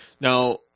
Now